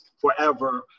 forever